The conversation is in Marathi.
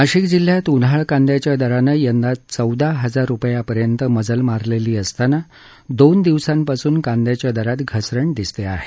नाशिक जिल्ह्यात उन्हाळ कांद्याच्या दरानं यंदा चौदा हजार रूपयांपर्यंत मजल मारलेली असताना दोन दिव्सांपासुन कांद्याच्या दरात घसरण दिसत आहे